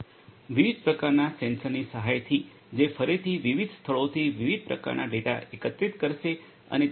વિવિધ પ્રકારના સેન્સરની સહાયથી જે ફરીથી વિવિધ સ્થળોથી વિવિધ પ્રકારનાં ડેટા એકત્રિત કરશે અને તેથી વધુ